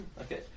Okay